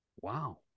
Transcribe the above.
Wow